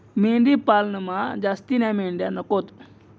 मेंढी पालनमा जास्तीन्या मेंढ्या नकोत